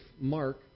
Mark